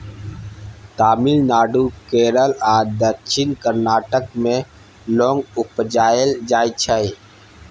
तमिलनाडु, केरल आ दक्षिण कर्नाटक मे लौंग उपजाएल जाइ छै